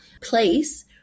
place